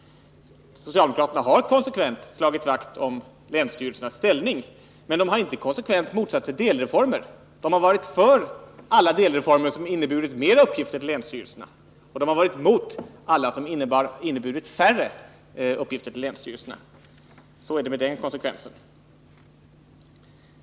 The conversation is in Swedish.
Socialdemokraterna har konsekvent slagit vakt om länsstyrelsernas ställning, men de har inte konsekvent motsatt sig delreformer. De har varit för alla delreformer som inneburit fler uppgifter till länsstyrelserna, och de har varit emot alla som inneburit färre uppgifter till länsstyrelserna. Så är det med den konsekvensen.